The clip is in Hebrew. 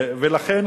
לכן,